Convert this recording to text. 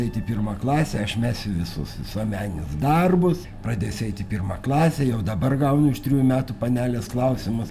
eiti į pirmą klasę aš mesiu visus visuomeninius darbus pradės eiti į pirmą klasę jau dabar gaunu iš trijų metų panelės klausimus